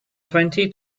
twenty